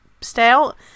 Stout